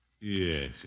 Yes